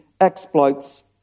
exploits